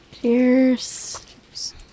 Cheers